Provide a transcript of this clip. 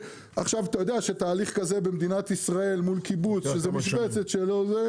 אתה יודע שתהליך כזה במדינת ישראל מול קיבוץ שזה משבצת שלו זה